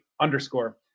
underscore